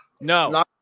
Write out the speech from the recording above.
No